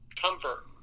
comfort